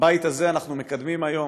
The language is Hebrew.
בבית הזה, אנחנו מקדמים היום